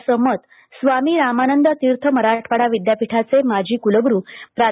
असे मत स्वामी रामानंद तीर्थ मराठवाडा विद्यापीठाचे माजी कुलग़रू प्रा